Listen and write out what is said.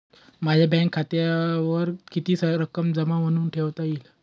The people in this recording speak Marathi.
माझ्या बँक खात्यावर किती रक्कम जमा म्हणून ठेवता येईल?